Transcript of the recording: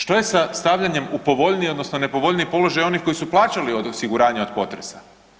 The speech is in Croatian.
Što je sa stavljanjem u povoljniji odnosno nepovoljniji položaj onih koji su plaćali od osiguranja od potresa?